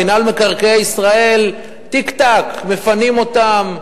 מינהל מקרקעי ישראל תיק-תק מפנה אותם.